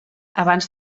abans